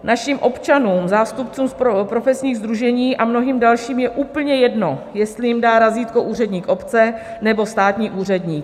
Našim občanům, zástupcům profesních sdružení a mnohým dalším, je úplně jedno, jestli jim dá razítko úředník obce, nebo státní úředník.